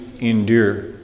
endure